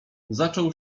zaczął